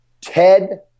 Ted